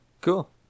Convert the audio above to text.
Cool